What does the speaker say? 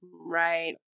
Right